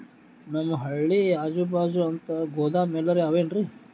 ನಮ್ ಹಳ್ಳಿ ಅಜುಬಾಜು ಅಂತ ಗೋದಾಮ ಎಲ್ಲರೆ ಅವೇನ್ರಿ?